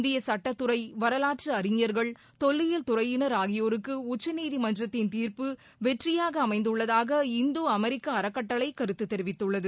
இந்திய சட்டத்துறை வரலாற்று அறிஞர்கள் தொல்லியல் துறையினர் ஆகியோருக்கு உச்சநீதிமன்றத்தின் தீர்ப்பு வெற்றியாக அமைந்துள்ளதாக இந்து அமெரிக்க அறக்கட்டளை கருத்து தெரிவித்துள்ளது